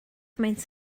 maent